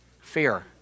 Fear